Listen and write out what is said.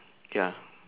ya